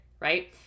right